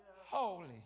holy